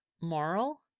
moral